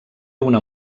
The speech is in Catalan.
una